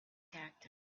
character